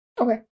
Okay